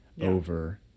over